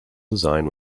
design